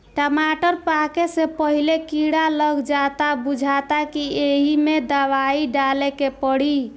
टमाटर पाके से पहिले कीड़ा लाग जाता बुझाता कि ऐइमे दवाई डाले के पड़ी